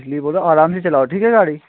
इसलिए बोल रहा हूँ आराम से चलाओ ठीक है गाड़ी